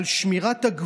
על שמירת הגבולות